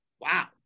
wow